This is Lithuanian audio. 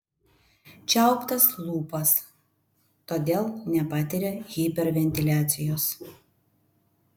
čiauptas lūpas todėl nepatiria hiperventiliacijos